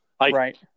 right